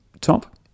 top